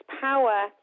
power